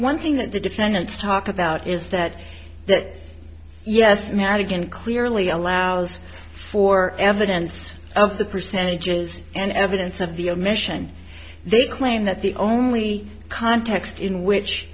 one thing that the defendants talk about is that that yes madigan clearly allows for evidence of the percentages and evidence of the omission they claim that the only context in which